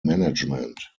management